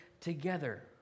together